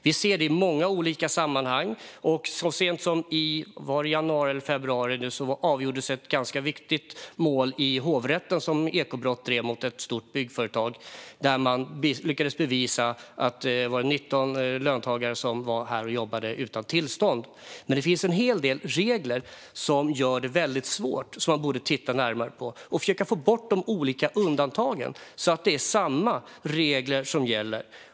Vi ser det i många olika sammanhang; så sent som i januari eller februari avgjordes ett ganska viktigt mål i hovrätten som Ekobrottsmyndigheten drev mot ett stort byggföretag. Man lyckades bevisa att 19 löntagare, tror jag, var här och jobbade utan tillstånd. Det finns en hel del regler som gör detta väldigt svårt och som man borde titta närmare på. Man borde försöka få bort de olika undantagen så att det är samma regler som gäller.